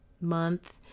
month